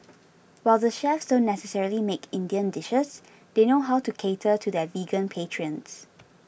while the chefs don't necessarily make Indian dishes they know how to cater to their vegan patrons